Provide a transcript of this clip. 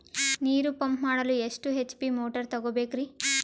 ನೀರು ಪಂಪ್ ಮಾಡಲು ಎಷ್ಟು ಎಚ್.ಪಿ ಮೋಟಾರ್ ತಗೊಬೇಕ್ರಿ?